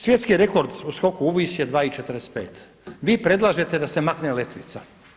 Svjetski rekord u skoku u vis je 2 i 45, vi predlažete da se makne letvica.